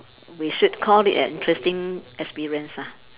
we should call it an interesting experience lah